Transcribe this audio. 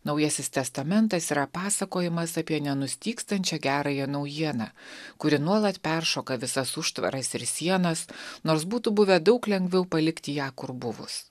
naujasis testamentas yra pasakojimas apie nenustygstančią gerąją naujieną kuri nuolat peršoka visas užtvaras ir sienas nors būtų buvę daug lengviau palikti ją kur buvus